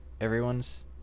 everyone's